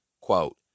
Quote